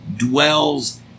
dwells